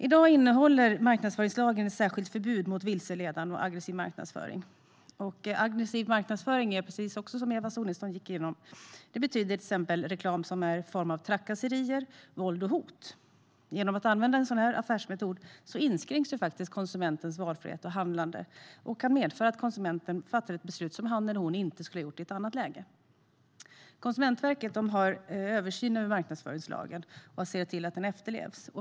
I dag innehåller marknadsföringslagen ett särskilt förbud mot vilseledande och aggressiv marknadsföring. Aggressiv marknadsföring betyder, som Eva Sonidsson också gick igenom, till exempel reklam i form av trakasserier, våld och hot. Genom att använda en sådan affärsmetod inskränker man konsumentens valfrihet och handlande, vilket kan medföra att konsumenten fattar ett beslut som han eller hon annars inte skulle ha gjort. Konsumentverket har tillsyn över marknadsföringslagen och ser till att den efterlevs.